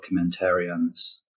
documentarians